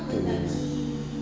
oo